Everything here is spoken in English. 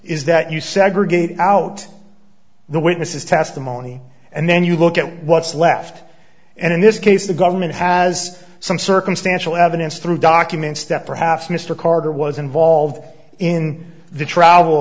is that you segregate out the witnesses testimony and then you look at what's left and in this case the government has some circumstantial evidence through documents step perhaps mr carter was involved in the travel